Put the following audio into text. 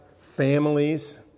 families